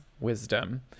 wisdom